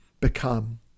become